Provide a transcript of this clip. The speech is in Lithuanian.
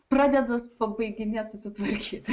pradeda pabaiginėt susitvarkyt